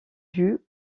due